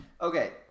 Okay